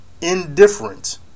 indifferent